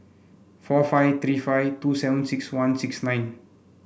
four five three five two seven six one six nine